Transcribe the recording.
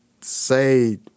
say